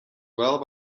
well